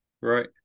Right